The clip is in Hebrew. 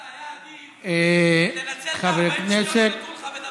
היה עדיף לנצל את 40 השניות שנתנו לך ולדבר,